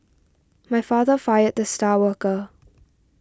my father fired the star worker